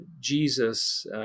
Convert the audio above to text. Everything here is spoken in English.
Jesus